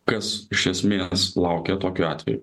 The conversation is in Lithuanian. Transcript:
kas iš esmės laukia tokiu atveju